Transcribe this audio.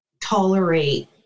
tolerate